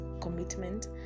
commitment